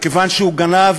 מכיוון שהוא גנב